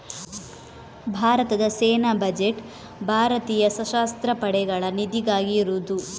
ಭಾರತದ ಸೇನಾ ಬಜೆಟ್ ಭಾರತೀಯ ಸಶಸ್ತ್ರ ಪಡೆಗಳ ನಿಧಿಗಾಗಿ ಇರುದು